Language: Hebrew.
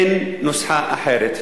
אין נוסחה אחרת.